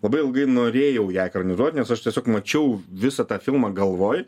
labai ilgai norėjau ją ekranizuot nes aš tiesiog mačiau visą tą filmą galvoj